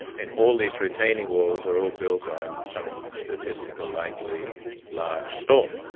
and all these retaining walls are all built on some statistically likely large storm.